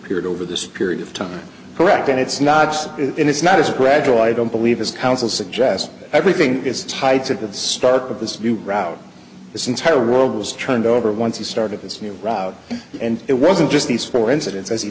period over this period of time correct and it's not it's not as gradual i don't believe his counsel suggest that everything is tight at the start of this new route this entire world was turned over once he started this new route and it wasn't just these four incidents as he